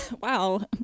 Wow